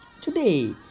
today